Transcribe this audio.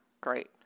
great